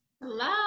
Hello